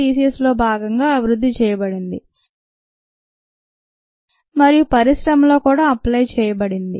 theis లో భాగంగా అభివృద్ధి చేయబడింది మరియు పరిశ్రమలో కూడా అప్లై చేయబడింది